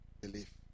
belief